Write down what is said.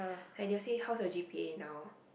like they will say how's your g_p_a now